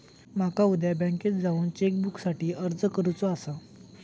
माका उद्या बँकेत जाऊन चेक बुकसाठी अर्ज करुचो आसा